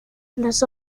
las